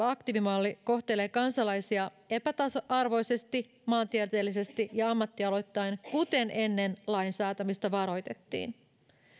aktiivimalli kohtelee kansalaisia epätasa arvoisesti maantieteellisesti ja ammattialoittain kuten ennen lain säätämistä varoitettiin